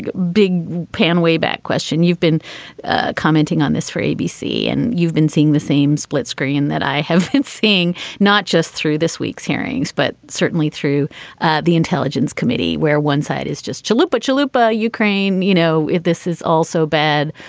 but big pan way back question. you've been ah commenting on this for abc and you've been seeing the same split screen that i have been seeing, not just through this week's hearings, but certainly through the intelligence committee, where one side is just chalupa chiluba, ukraine. you know it. this is also also bad.